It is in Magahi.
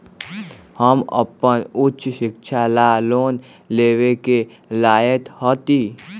हम अपन उच्च शिक्षा ला लोन लेवे के लायक हती?